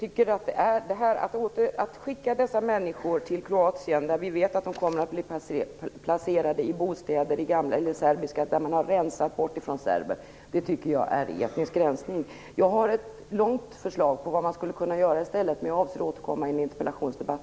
Fru talman! Att skicka dessa människor till Kroatien när vi vet att de kommer att bli placerade i städer som är bortrensade från serber är detsamma som etnisk rensning. Jag har ett omfattande förslag till vad man i stället skulle kunna göra. Men jag avser att återkomma till det i en interpellationsdebatt.